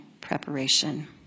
preparation